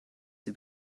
sie